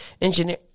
engineer